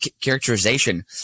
characterization